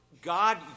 God